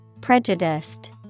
Prejudiced